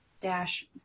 dash